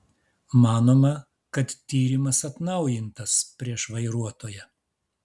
manoma kad tyrimas atnaujintas prieš vairuotoją